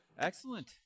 Excellent